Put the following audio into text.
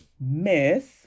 Miss